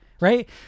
right